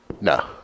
no